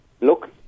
look